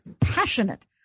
passionate